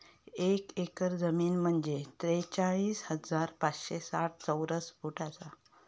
एक एकर जमीन म्हंजे त्रेचाळीस हजार पाचशे साठ चौरस फूट आसा